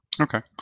Okay